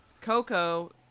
coco